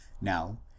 Now